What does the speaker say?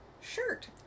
shirt